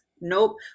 Nope